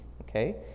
okay